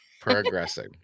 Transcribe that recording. Progressing